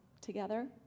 together